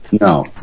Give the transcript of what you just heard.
No